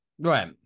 Right